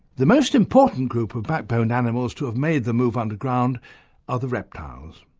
the most important group of backboned animals to have made the move underground are the reptiles.